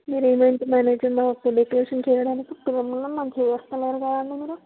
మీరు event manager గా decoration చేయడానికి మాకు చేస్తా అన్నారు కదండి మీరు